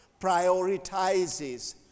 Prioritizes